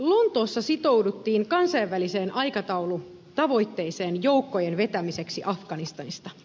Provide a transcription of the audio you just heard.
lontoossa sitouduttiin kansainväliseen aikataulutavoitteeseen joukkojen vetämiseksi afganistanista